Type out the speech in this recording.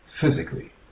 physically